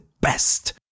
best